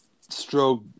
stroke